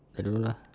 I don't know lah